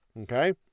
Okay